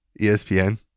ESPN